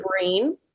brain